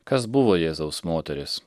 kas buvo jėzaus moterys